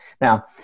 Now